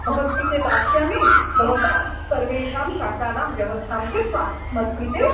भवत्कृते दास्यामि भवता सर्वेषां शाकानां व्यवस्थां कृत्वा मत्कृते